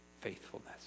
faithfulness